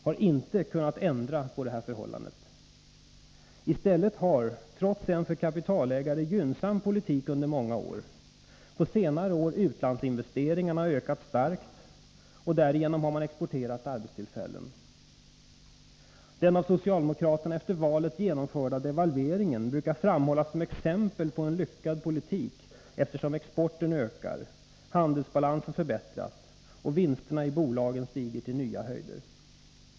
har inte kunnat ändra på detta förhållande. I stället har — trots en för kapitalägare gynnsam politik under många år — utlandsinvesteringarna ökat starkt på senare år, och därigenom har man exporterat arbetstillfällen. Den av socialdemokraterna efter valet genomförda devalveringen brukar framhållas som exempel på en lyckad politik, eftersom exporten ökar, handelsbalansen förbättras och vinsterna i bolagen stiger till nya höjder.